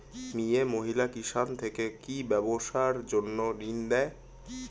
মিয়ে মহিলা কিষান থেকে কি ব্যবসার জন্য ঋন দেয়?